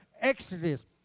Exodus